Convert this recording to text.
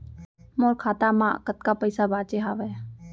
मोर खाता मा कतका पइसा बांचे हवय?